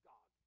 God